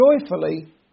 joyfully